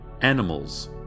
animals